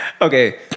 Okay